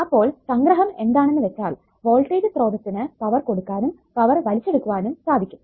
അപ്പോൾ സംഗ്രഹം എന്താണെന്ന് വെച്ചാൽ വോൾടേജ് സ്രോതസ്സിനു പവർ കൊടുക്കാനും പവർ വലിച്ചെടുക്കുവാനും സാധിക്കും